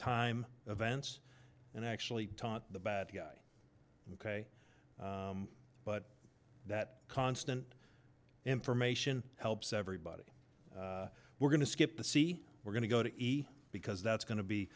time events and actually taught the bad guy ok but that constant information helps everybody we're going to skip the c we're going to go to e because that's going to be